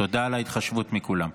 תודה על ההתחשבות מכולם.